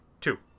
Two